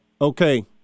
Okay